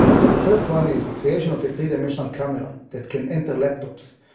so the first one is the creation of a three-dimensional camera that can enter laptops.